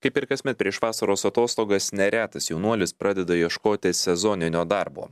kaip ir kasmet prieš vasaros atostogas neretas jaunuolis pradeda ieškotis sezoninio darbo